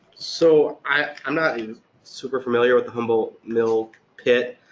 so, i'm not super familiar, with the humboldt mill pit,